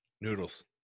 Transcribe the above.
Noodles